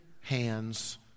hands